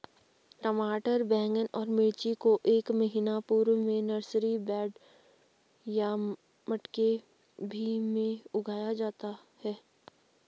टमाटर बैगन और मिर्ची को एक महीना पूर्व में नर्सरी बेड या मटके भी में उगाया जा सकता है